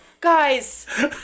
guys